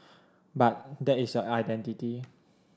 but that is your identity